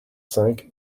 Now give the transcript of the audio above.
cinq